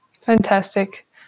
Fantastic